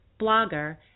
blogger